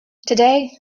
today